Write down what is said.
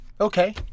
okay